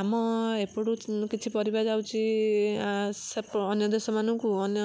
ଆମ ଏପଟୁ କିଛି ପରିବା ଯାଉଛି ସେପ ଅନ୍ୟ ଦେଶମାନଙ୍କୁ ଅନ୍ୟ